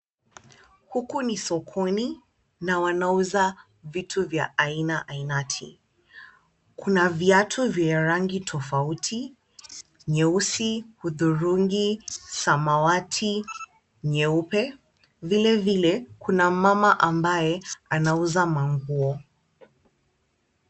Huku ni sokoni na wanauza vitu vya aina ainati, kuna viatu vya rangi tofauti, nyeusi, hudhurungi, samawati, nyeupe, vilevile kuna mumama ambaye anauza manguo.